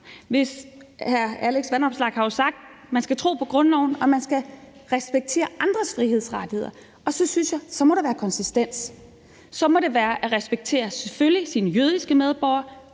kam. Hr. Alex Vanopslagh har jo sagt, at man skal tro på grundloven og man skal respektere andres frihedsrettigheder. Og så synes jeg, at så må der være konsistens; så må det være at respektere, selvfølgelig, dine jødiske medborgere,